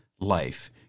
life